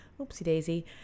oopsie-daisy